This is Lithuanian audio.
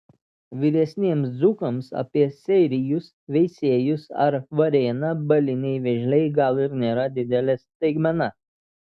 vyresniems dzūkams apie seirijus veisiejus ar varėną baliniai vėžliai gal ir nėra didelė staigmena